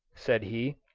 said he,